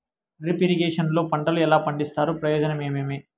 Drip irrigation లో పంటలు ఎలా పండిస్తారు ప్రయోజనం ఏమేమి?